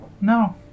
No